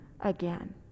again